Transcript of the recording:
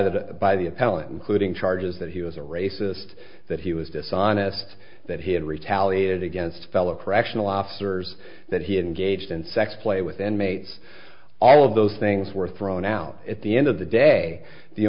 the by the appellant including charges that he was a racist that he was dishonest that he had retaliated against fellow correctional officers that he engaged in sex play with and mates all of those things were thrown out at the end of the day the